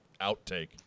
outtake